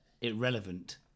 irrelevant